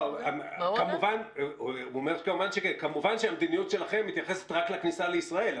כמובן שהמדיניות שלכם מתייחסת רק לכניסה לישראל.